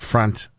front